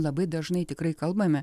labai dažnai tikrai kalbame